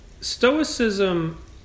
Stoicism